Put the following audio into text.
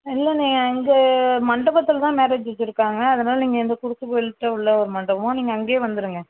இல்லை நீங்கள் அங்கே மண்டபத்தில் தான் மேரேஜி வச்சிருக்காங்க அதனால் நீங்கள் இந்த குறுக்கு கோயில் கிட்ட உள்ள ஒரு மண்டபம் நீங்கள் அங்கே வந்திருங்க